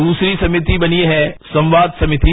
दूसरी समिति बनी है संवाद समिति